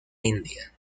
india